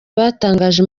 batangije